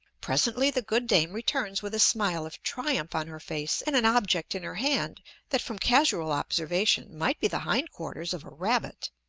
presently the good dame returns with a smile of triumph on her face and an object in her hand that, from casual observation, might be the hind-quarters of a rabbit.